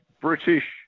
British